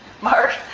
Mark